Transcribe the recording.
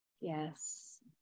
Yes